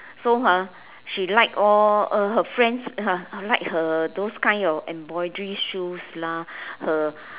so ha she like all uh her friends l~ like her those kinds of embroidery shoes lah her